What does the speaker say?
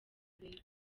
bieber